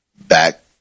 back